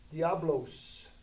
Diablos